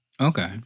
Okay